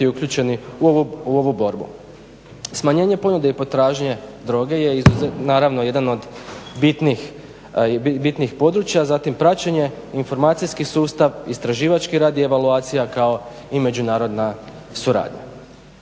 uključeni u ovu borbu. Smanjenje ponude i potražnje droge je naravno jedan od bitnih područja, zatim praćenje, informacijski sustav, istraživački rad i evaluacija kao i međunarodna suradnja.